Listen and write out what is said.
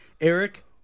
Eric